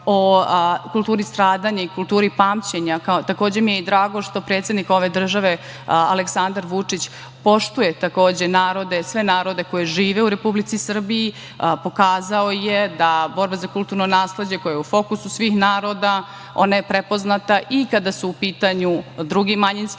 o kulturi stradanja i kulturi pamćenja. Takođe mi je drago što predsednik ove države, Aleksandar Vučić, poštuje, takođe, sve narode koji žive u Republici Srbiji. Pokazao je da borba za kulturno nasleđe, koja je u fokusu svih naroda, ona je prepoznata i kada su u pitanju drugi manjinski